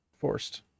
Forced